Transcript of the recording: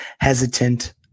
hesitant